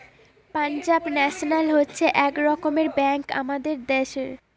Punjab national হচ্ছে এক রকমের ব্যাঙ্ক আমাদের দ্যাশের